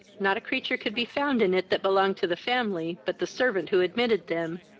not a creature could be found in it that belonged to the family, but the servant who admitted them,